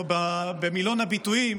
או במילון הביטויים,